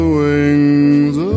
wings